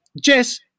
Jess